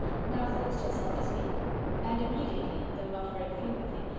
now forced herself to speak and immediately, though not very fluently,